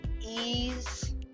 ease